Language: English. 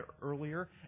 earlier